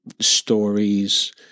stories